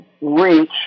reach